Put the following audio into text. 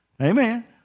Amen